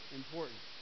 important